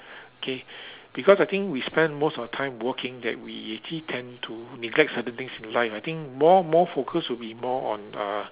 okay because I think we spent most of the time working that we actually tend to neglect certain things in life I think more more focus would be more on uh